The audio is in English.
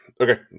Okay